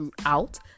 throughout